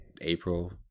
April